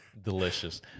delicious